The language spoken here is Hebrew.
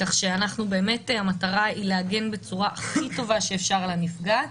כך שבאמת המטרה היא להגן בצורה הכי טובה שאפשר על הנפגעת,